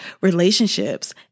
relationships